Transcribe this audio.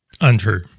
Untrue